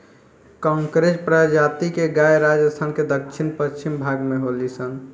कांकरेज प्रजाति के गाय राजस्थान के दक्षिण पश्चिम भाग में होली सन